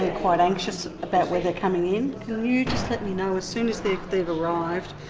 ah quite anxious about where they're coming in, can you just let me know as soon as they've they've arrived,